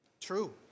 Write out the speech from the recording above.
True